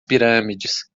pirâmides